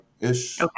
ish